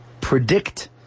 predict